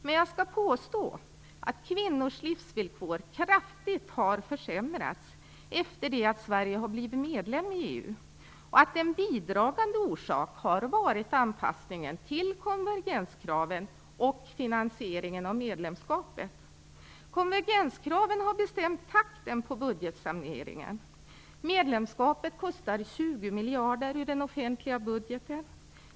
Men jag skall påstå att kvinnors livsvillkor kraftigt har försämrats efter det att Sverige har blivit medlem i EU och att en bidragande orsak har varit anpassningen till konvergenskraven och finansieringen av medlemskapet. Konvergenskraven har bestämt takten för budgetsaneringen. Medlemskapet kostar 20 miljarder i den offentliga budgeten.